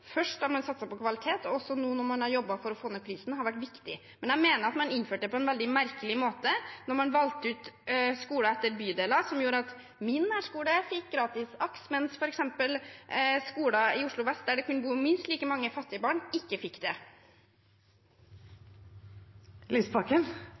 for å få ned prisen – har vært viktig, men jeg mener at man innførte det på en veldig merkelig måte når man valgte ut skoler etter bydeler, noe som gjorde at min nærskole fikk gratis AKS, mens f.eks. skoler i Oslo vest, der det kunne bo minst like mange fattige barn, ikke fikk